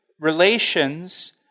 relations